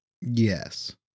Yes